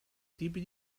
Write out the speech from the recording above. tipi